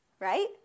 Right